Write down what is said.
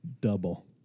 double